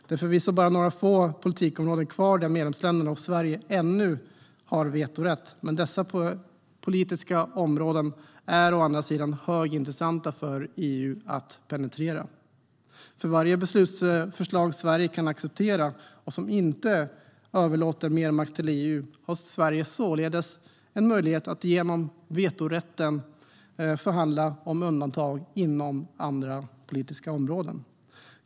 Det är förvisso bara några få politikområden kvar där medlemsländerna och Sverige ännu har vetorätt, men dessa politiska områden är å andra sidan högintressanta för EU att penetrera. För varje beslutsförslag som Sverige kan acceptera och som inte överlåter makt till EU har Sverige således möjlighet att genom vetorätten förhandla om undantag inom andra politiska områden.